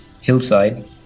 hillside